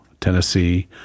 Tennessee